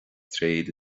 tréad